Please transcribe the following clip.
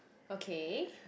okay